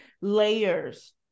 layers